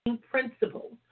principles